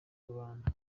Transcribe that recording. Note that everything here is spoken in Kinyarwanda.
rubanda